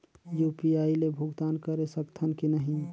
UPI ले भुगतान करे सकथन कि नहीं?